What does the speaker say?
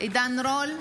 עידן רול,